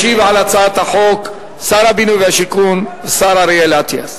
ישיב על הצעת החוק שר הבינוי והשיכון השר אריאל אטיאס.